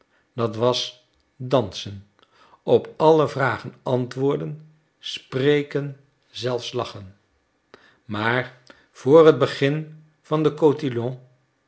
dat was dansen op alle vragen antwoorden spreken zelfs lachen maar voor het begin van den